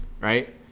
right